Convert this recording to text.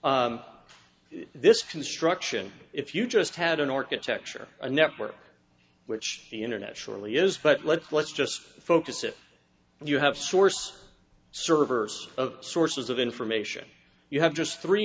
so this construction if you just had an architecture a network which the internet surely is but let's let's just focus if you have source server of sources of information you have just three